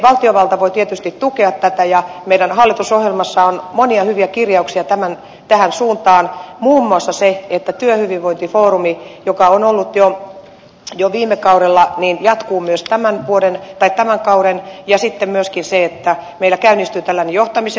valtiovalta voi tietysti tukea tätä ja meidän hallitusohjelmamme on monia hyviä kirjauksia tähän suuntaan muun muassa se että työhyvinvointifoorumi joka on ollut jo viime kaudella jatkuu myös tämän kauden ja sitten myöskin se että meillä käynnistyy johtamisen verkosto